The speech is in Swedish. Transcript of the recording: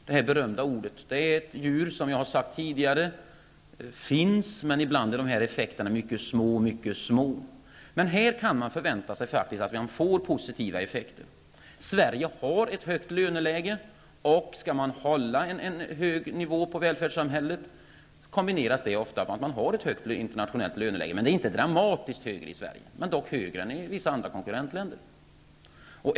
Jag återkommer till den berömda visan om djur som är små men ändå finns, för ibland är de här effekterna små, mycket små. Här kan man dock förvänta sig positiva effekter. Sverige har ett högt löneläge, och om man vill hålla en hög nivå på välfärden i samhället kombineras det ofta med ett högt löneläge internationellt sett. Löneläget är dock inte dramatiskt högt i Sverige. Det är emellertid högre än i vissa andra konkurrentländer.